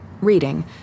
reading